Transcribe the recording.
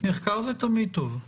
מחקר זה תמיד טוב.